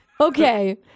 Okay